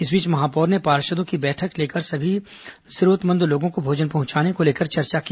इस बीच महापौर ने पार्षदों की बैठक लेकर सभी जरूरतमंदों को भोजन पहुंचाने को लेकर चर्चा की